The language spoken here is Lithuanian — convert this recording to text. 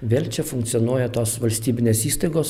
vėl čia funkcionuoja tos valstybinės įstaigos